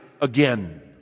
again